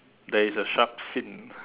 there is a shark fin